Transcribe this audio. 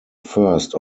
first